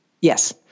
Yes